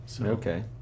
Okay